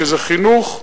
שזה חינוך,